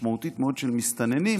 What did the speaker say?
משמעותית מאוד של מסתננים,